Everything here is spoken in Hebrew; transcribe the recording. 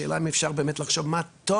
השאלה היא אם באמת אפשר לחשוב מה טוב